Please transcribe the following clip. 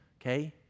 okay